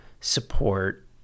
support